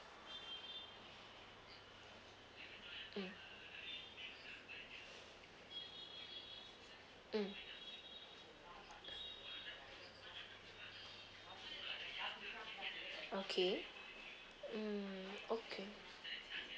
mm mm okay mm okay